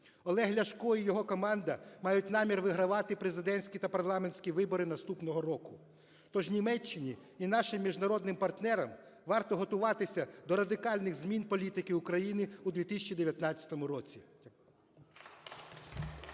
Олег Ляшко і його команда мають намір вигравати президентські та парламентські вибори наступного року, то ж Німеччині і нашим міжнародним партнерам варто готуватися до радикальних змін політики України у 2019 році.